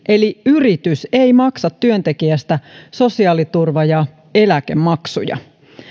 eli yritys ei maksa työntekijästä sosiaaliturva ja eläkemaksuja